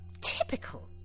typical